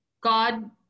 God